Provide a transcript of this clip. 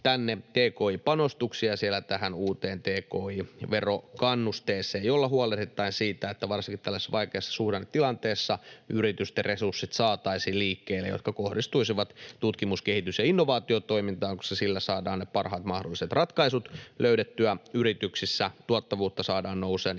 tki-panostuksiin ja siellä uuteen tki-verokannusteeseen, jolla huolehditaan siitä, että varsinkin tällaisessa vaikeassa suhdannetilanteessa saataisiin liikkeelle yritysten resurssit, jotka kohdistuisivat tutkimus-, kehitys- ja innovaatiotoimintaan, koska sillä saadaan ne parhaat mahdolliset ratkaisut löydettyä yrityksissä, tuottavuutta saadaan nousemaan